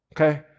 okay